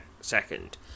second